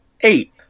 eight